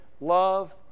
love